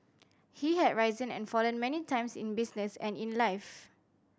he had risen and fallen many times in business and in life